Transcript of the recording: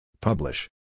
Publish